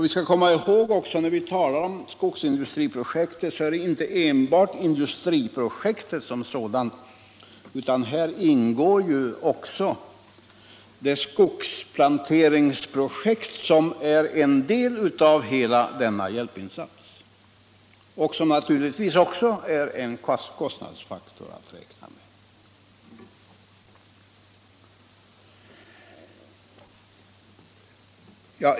Vi skall komma ihåg att när vi talar om skogsindustriprojekt så är det inte enbart det här industriprojektet som sådant, utan däri ingår också det skogsplanteringsprojekt som är en del av hela denna hjälpinsats och som naturligtvis också är en kostnadsfaktor att räkna med.